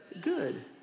good